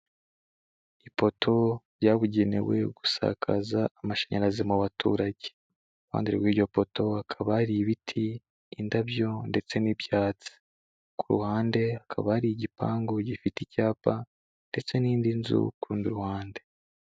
Ipoto ryabugenewe gusakaza amashanyarazi mu baturage, iruhande rw'iryo poto hakaba hari ibiti, indabyo ndetse n'ibyatsi, ku ruhande hakaba nari igipangu gifite icyapa ndetse n'indi nzu kundi ruhande.